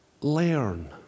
Learn